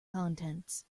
contents